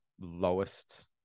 lowest